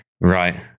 Right